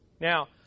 now